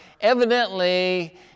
evidently